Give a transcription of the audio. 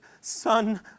son